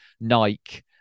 Nike